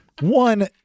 One